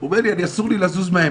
הוא אומר לי 'אסור לי לזוז מהעמדה'.